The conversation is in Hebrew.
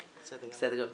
בשמחה, בסדר גמור.